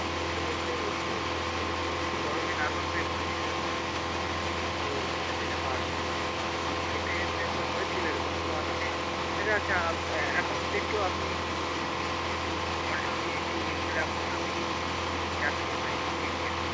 সমস্যা বলতে ওর তো ও একটু গরমে নার্ভাস হয়ে পড়ে সেজন্য একটু ও অসুবিধে হয় বাড়িতে দুই একবার হয়েছিল এরকম তো আজকে আচ্ছা আচ্ছা এখন ওকে একটু আপনি একটু জল টল দিয়ে একটু ইয়ে করে রাখুন আমি যাচ্ছি ওখানে এক্ষুনি গিয়ে নিয়ে আসছি